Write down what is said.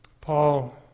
Paul